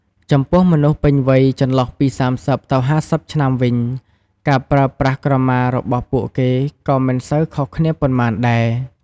ចំពោះមនុស្សពេញវ័័យចន្លោះពី ៣០ទៅ៥០ឆ្នាំវិញ ការប្រើប្រាស់ក្រមារបស់ពួកគេក៏មិនសូវខុសគ្នាប៉ុន្មានដែរ។